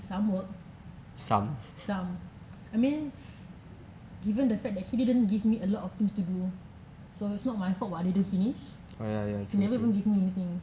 some work some I mean given the fact that he didn't give me a lot of things to do so it's not my fault what I didn't finish he never even give me anything